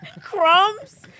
Crumbs